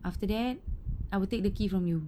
after that I will take the key from you